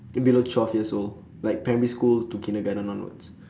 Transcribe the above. think below twelve years old like primary school to kindergarten onwards